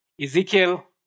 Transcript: Ezekiel